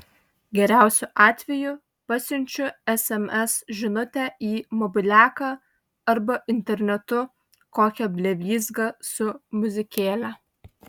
geriausiu atveju pasiunčiu sms žinutę į mobiliaką arba internetu kokią blevyzgą su muzikėle